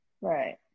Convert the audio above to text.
Right